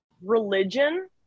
religion